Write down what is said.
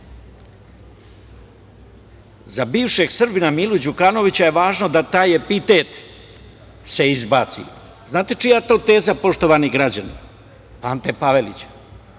bivšeg Srbina Milu Đukanovića je važno da taj epitet se izbaci. Znate čija je to teza poštovani građani? Ante Pavelića.